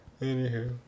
Anywho